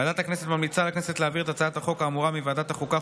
ועדת הכנסת ממליצה לכנסת להעביר את הצעת החוק האמורה מוועדת החוקה,